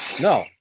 No